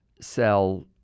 sell